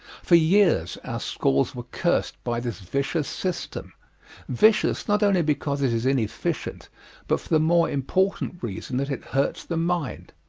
for years our schools were cursed by this vicious system vicious not only because it is inefficient but for the more important reason that it hurts the mind.